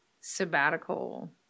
sabbatical